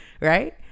Right